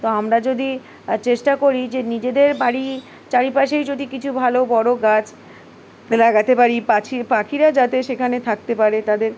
তো আমরা যদি চেষ্টা করি যে নিজেদের বাড়ির চারিপাশেই যদি কিছু ভালো বড়ো গাছ লাগাতে পারি পাখি পাখিরা যাতে সেখানে থাকতে পারে তাদের